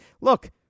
look